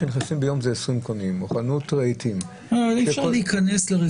שנכנסים אליה עומד על 20 קונים ביום או חנות רהיטים.